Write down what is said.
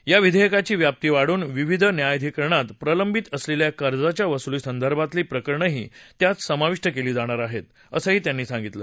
या विधेयकाची व्याप्ती वाढवून विविध न्यायाधिकरणात प्रलंबित असलेल्या कर्जाच्या वसुलीसंदर्भातली प्रकरणंही त्यात समाविष्ट केली जाणार आहेत असंही त्यांनी सांगितलं